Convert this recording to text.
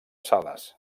sales